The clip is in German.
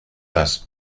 das